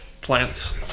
plants